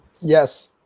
Yes